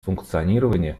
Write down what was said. функционирование